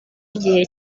igihe